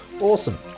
Awesome